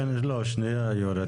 לא, שנייה יורי.